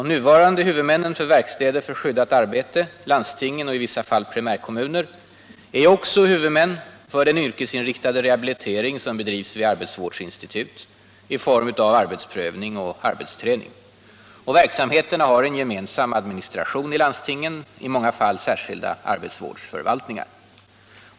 De nuvarande huvudmännen för verkstäderna för skyddat arbete, landsting och i vissa fall primärkommuner, är också huvudmän för den yrkesinriktade rehabilitering som bedrivs vid arbetsvårdsinstitut i form av arbetsprövning och arbetsträning. Och verksamheterna har en gemensam administration i landstingen, i många fall särskilda arbetsvårdsförvaltningar.